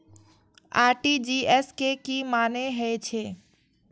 RTGS के की मानें हे छे?